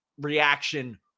reaction